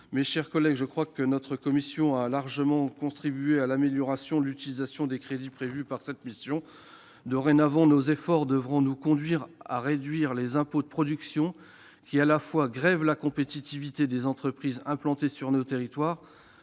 Mes chers collègues, je crois que notre commission a largement contribué à l'amélioration de l'utilisation des crédits prévus par cette mission. Dorénavant, nos efforts devront nous conduire à réduire les impôts de production, qui grèvent la compétitivité des entreprises implantées sur notre territoire,